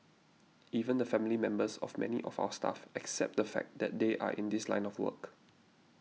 even the family members of many of our staff accept the fact that they are in this line of work